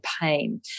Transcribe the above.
pain